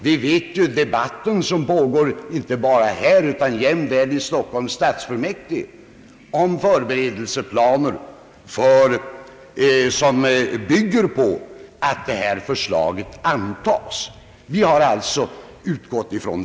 Vi känner till den pågående debatten inte bara här utan också i Stockholms stadsfullmäktige om förberedelseplanen som bygger på att detta förslag antas. Det är det vi har utgått från.